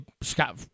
Scott